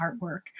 artwork